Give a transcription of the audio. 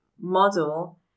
model